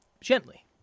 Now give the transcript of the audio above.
Gently